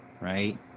Right